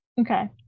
Okay